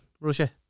Russia